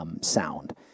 sound